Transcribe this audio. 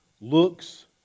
looks